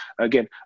Again